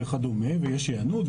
ויש היענות,